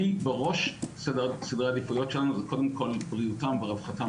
כי בראש סדרי העדיפויות שלנו זה בריאותם ורווחתם